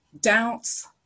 doubts